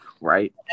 Right